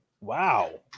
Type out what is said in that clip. Wow